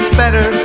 better